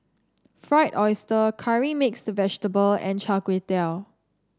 Fried Oyster Curry Mixed Vegetable and Char Kway Teow